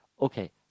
okay